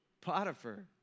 Potiphar